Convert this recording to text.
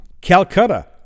Calcutta